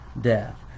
death